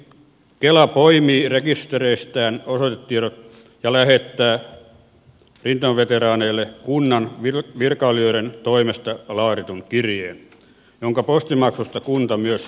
kela poimii rekistereistään osoitetiedot ja lähettää rintamaveteraaneille kunnan virkailijoiden toimesta laaditun kirjeen jonka postimaksusta kunta myös vastaa